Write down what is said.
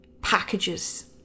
packages